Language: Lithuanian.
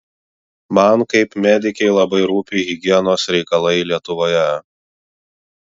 man kaip medikei labai rūpi higienos reikalai lietuvoje